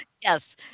yes